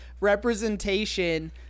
representation